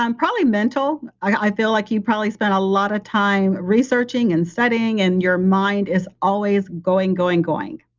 um probably mental. i feel like you probably spend a lot of time researching and studying and your mind is always going, going, going.